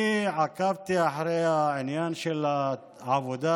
אני עקבתי אחרי העניין של העבודה